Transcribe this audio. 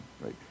right